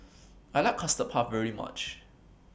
I like Custard Puff very much